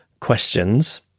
questions